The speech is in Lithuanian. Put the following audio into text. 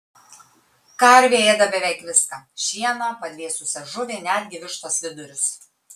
karvė ėda beveik viską šieną padvėsusią žuvį netgi vištos vidurius